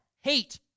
hate